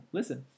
Listen